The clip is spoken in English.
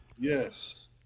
Yes